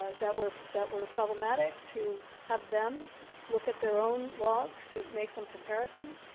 ah that were that were problematic to have them look at their own logs to make some comparisons,